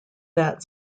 that